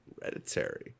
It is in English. hereditary